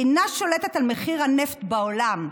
אינה שולטת על מחיר הנפט בעולם,